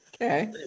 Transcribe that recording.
okay